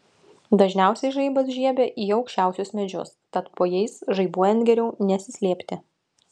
dažniausiai žaibas žiebia į aukščiausius medžius tad po jais žaibuojant geriau nesislėpti